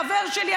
חבר שלי,